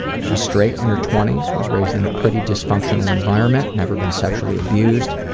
she's straight, in her twenty s, was raised in a pretty dysfunctional environment, never been sexually abused.